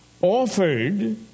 offered